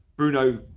Bruno